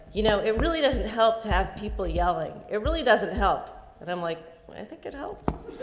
you know, it really doesn't help to have people yelling. it really doesn't help that. i'm like, i think it helps.